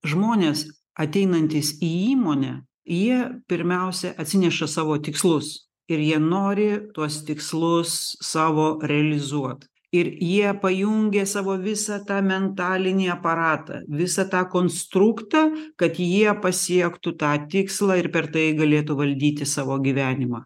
žmonės ateinantys į įmonę jie pirmiausia atsineša savo tikslus ir jie nori tuos tikslus savo realizuot ir jie pajungia savo visą tą mentalinį aparatą visą tą konstruktą kad jie pasiektų tą tikslą ir per tai galėtų valdyti savo gyvenimą